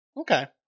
Okay